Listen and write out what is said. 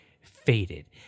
faded